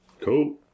Cool